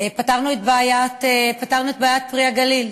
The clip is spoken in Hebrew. פתרנו את בעיית "פרי הגליל".